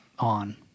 on